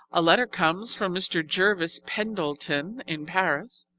a letter comes from mr. jervis pendleton in paris,